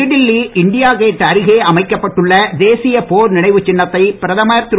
புதுடில்லி India gate அருகே அமைக்கப்பட்டுள்ள தேசிய போர் நினைவுச் சின்னத்தை பிரதமர் திரு